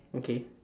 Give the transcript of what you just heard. okay